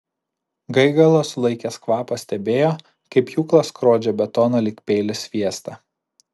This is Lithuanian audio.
gaigalas sulaikęs kvapą stebėjo kaip pjūklas skrodžia betoną lyg peilis sviestą